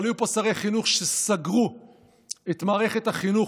אבל היו פה שרי חינוך שסגרו את מערכת החינוך